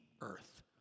earth